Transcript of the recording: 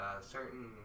certain